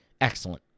Excellent